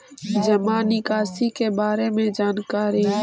जामा निकासी के बारे में जानकारी?